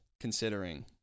considering